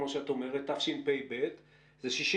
כמו שאת אומרת, תשפ"ב, זה 64